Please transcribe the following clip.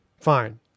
Fine